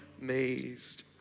amazed